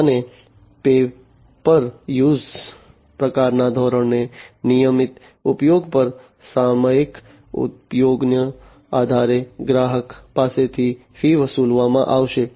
અને paper use પ્રકારના ધોરણે નિયમિત ઉપયોગ પર સામયિક ઉપયોગના આધારે ગ્રાહક પાસેથી ફી વસૂલવામાં આવશે